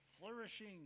flourishing